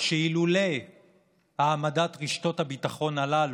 שאילולא העמדת רשתות הביטחון הללו,